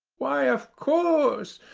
why, of course,